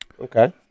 Okay